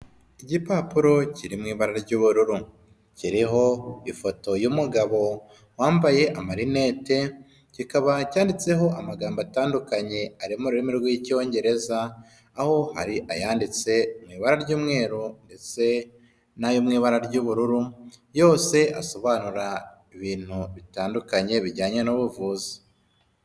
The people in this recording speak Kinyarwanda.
Igipapuro kiri mu ibara ry'ubururu. Kiriho ifoto y'umugabo wambaye amarinete, kikaba cyanditseho amagambo atandukanye ari mu rurimi rw'Icyongereza, aho hari ayanditse mu ibara ry'umweru ndetse n'ayo mu ibara ry'ubururu, yose asobanura ibintu bitandukanye bijyanye n'ubuvuzi.